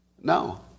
No